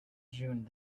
june